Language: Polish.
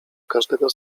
każdego